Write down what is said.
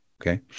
Okay